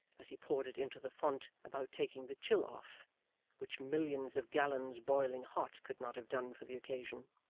as he poured it into the font, about taking the chill off which millions of gallons boiling hot could not have done for the occasion.